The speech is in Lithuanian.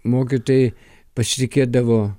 mokytojai pasitikėdavo